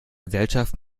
gesellschaft